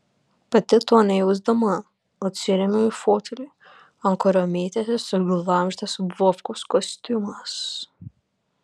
pati to nejausdama atsirėmiau į fotelį ant kurio mėtėsi suglamžytas vovkos kostiumas